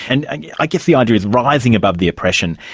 and i guess the idea is rising above the oppression.